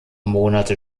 monate